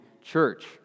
church